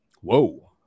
Whoa